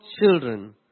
children